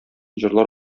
җырлар